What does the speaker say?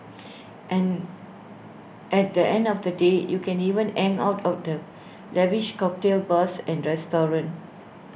and at the end of the day you can even hang out of the lavish cocktail bars and restaurants